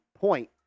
point